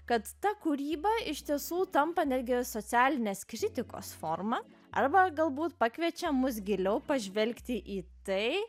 kad ta kūryba iš tiesų tampa energijos socialinės kritikos forma arba galbūt pakviečia mus giliau pažvelgti į tai